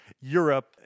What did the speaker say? Europe